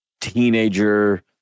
teenager